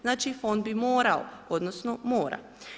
Znači fond bi morao odnosno mora.